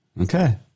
Okay